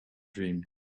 dream